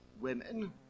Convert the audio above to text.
women